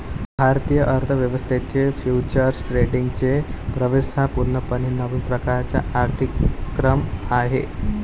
भारतीय अर्थ व्यवस्थेत फ्युचर्स ट्रेडिंगचा प्रवेश हा पूर्णपणे नवीन प्रकारचा आर्थिक उपक्रम आहे